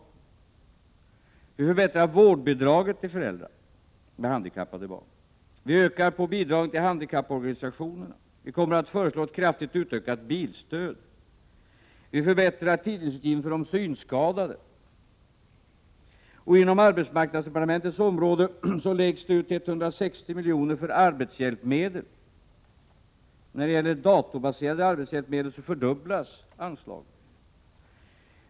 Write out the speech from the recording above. Vi har förbättrat vårdbidraget till föräldrar med handikappade barn. Vi ökar bidraget till handikapporganisationerna. Vi kommer att föreslå kraftigt utökat bilstöd. Vi förbättrar tidningsutgivningen för de synskadade. Inom arbetsmarknadsdepartementets område läggs det ut 160 miljoner för arbetshjälpmedel. När det gäller datorbaserade arbetshjälpmedel fördubblas anslaget.